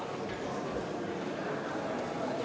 Hvala